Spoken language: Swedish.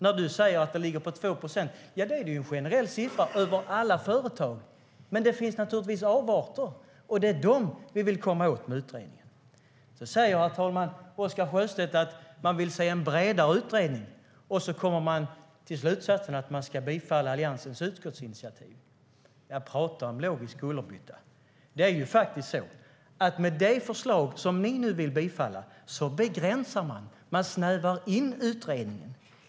Du säger att vinsterna ligger på 2 procent. Det är en generell siffra som gäller alla företag. Men det finns naturligtvis avarter, och det är dessa som vi vill komma åt genom utredningen. Herr talman! Nu säger Oscar Sjöstedt att man vill se en bredare utredning. Sedan kommer man till slutsatsen att man ska tillstyrka Alliansens utskottsinitiativ. Prata om logisk kullerbytta! Med det förslag som ni nu vill bifalla snävar man in utredningen.